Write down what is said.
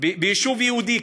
ביישוב יהודי,